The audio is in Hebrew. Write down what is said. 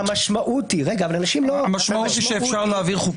רגע, המשמעות היא שאפשר להעביר חוק